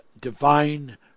divine